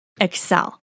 excel